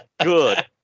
good